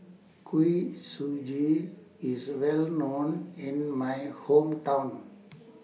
Kuih Suji IS Well known in My Hometown